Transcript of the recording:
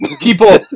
people